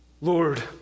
Lord